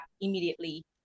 immediately